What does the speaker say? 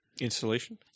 Installation